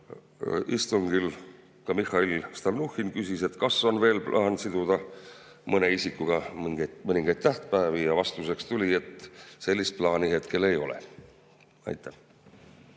istungil ka Mihhail Stalnuhhin küsis, kas on plaan siduda veel mõne isikuga mõningaid tähtpäevi, ja vastuseks tuli, et sellist plaani hetkel ei ole. Aitäh,